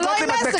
אבל לא עם מזג,